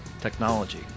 technology